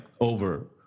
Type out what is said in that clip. over